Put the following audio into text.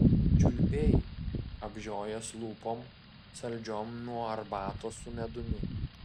čiulpei apžiojęs lūpom saldžiom nuo arbatos su medumi